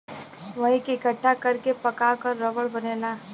वही के इकट्ठा कर के पका क रबड़ बनेला